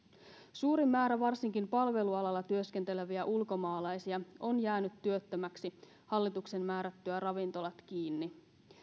suuri määrä varsinkin palvelualalla työskenteleviä ulkomaalaisia on jäänyt työttömiksi hallituksen määrättyä ravintolat kiinni